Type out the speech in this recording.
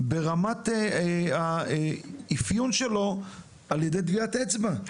ברמת האפיון שלו על ידי טביעת אצבע,